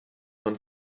man